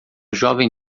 jovem